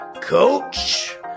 Coach